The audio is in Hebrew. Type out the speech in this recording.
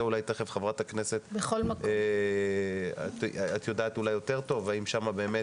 אולי חברת הכנסת יאסין יודעת יותר טוב האם שם באמת